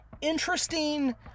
Interesting